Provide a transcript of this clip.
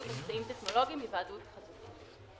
אמצעים טכנולוגיים בהיוועדות חזותית.